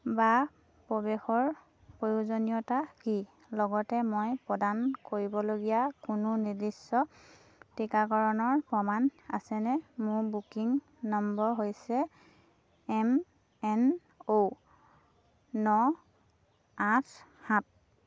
বা প্ৰৱেশৰ প্ৰয়োজনীয়তা কি লগতে মই প্ৰদান কৰিবলগীয়া কোনো নিৰ্দিষ্ট টীকাকৰণৰ প্ৰমাণ আছেনে মোৰ বুকিং নম্বৰ হৈছে এম এন অ' ন আঠ সাত